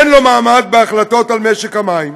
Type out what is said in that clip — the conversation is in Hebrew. אין לו מעמד בהחלטות על משק המים,